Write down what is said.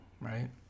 right